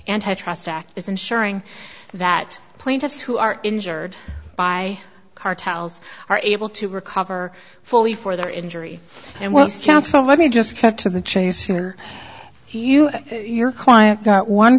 antitrust act is ensuring that plaintiffs who are injured by cartels are able to recover fully for their injury and whilst counsel let me just cut to the chase here you and your client got one